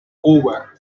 cuba